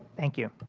thank you.